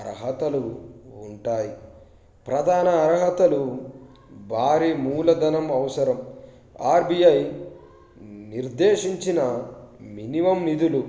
అర్హతలు ఉంటాయి ప్రధాన అర్హతలు భారీ మూలధనం అవసరం ఆర్బీఐ నిర్దేశించిన మినిమం నిధులు